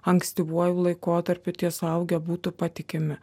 ankstyvuoju laikotarpiu tie suaugę būtų patikimi